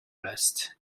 vest